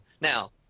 Now